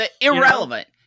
irrelevant